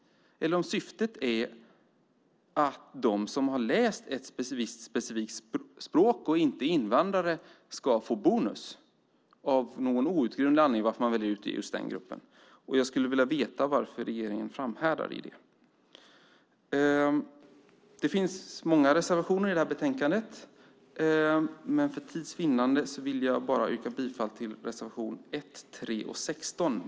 Eller är syftet att de som har läst ett specifikt språk och inte är invandrare ska få bonus? Av någon outgrundlig anledning väljer man ut just den gruppen. Jag skulle vilja veta varför regeringen framhärdar i det. Det finns många reservationer i det här betänkandet, men för tids vinnande vill jag yrka bifall bara till reservationerna 1, 3 och 16.